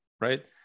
Right